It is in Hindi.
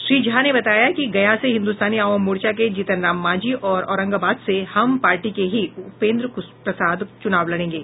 श्री झा ने बताया कि गया से हिन्दुस्तानी अवाम मोर्चा के जीतन राम मांझी और औरंगाबाद से हम पार्टी के ही उपेन्द्र प्रसाद चूनाव लड़ेंगे